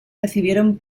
recibieron